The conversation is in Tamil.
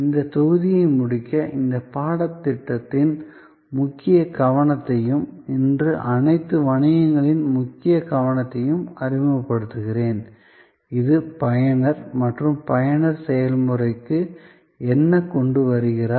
இந்த தொகுதியை முடிக்க இந்த பாடத்திட்டத்தின் முக்கிய கவனத்தையும் இன்று அனைத்து வணிகங்களின் முக்கிய கவனத்தையும் அறிமுகப்படுத்துகிறேன் இது பயனர் மற்றும் பயனர் செயல்முறைக்கு என்ன கொண்டு வருகிறார்